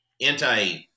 anti